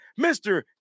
mr